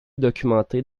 documenté